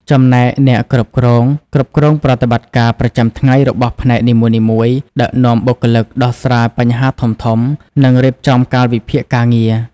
ចំណែកអ្នកគ្រប់គ្រង គ្រប់គ្រងប្រតិបត្តិការប្រចាំថ្ងៃរបស់ផ្នែកនីមួយៗ ដឹកនាំបុគ្គលិក ដោះស្រាយបញ្ហាធំៗ និងរៀបចំកាលវិភាគការងារ។